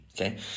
okay